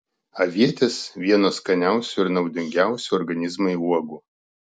avietės vienos skaniausių ir naudingiausių organizmui uogų